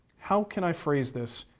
how can i phrase this